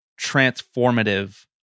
transformative